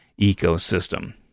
ecosystem